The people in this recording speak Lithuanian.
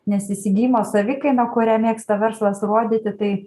nes įsigijimo savikaina kurią mėgsta verslas rodyti tai